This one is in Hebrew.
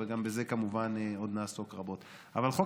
אבל אנחנו